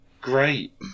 Great